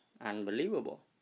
unbelievable